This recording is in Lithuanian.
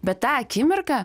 bet tą akimirką